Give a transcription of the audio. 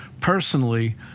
personally